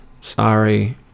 sorry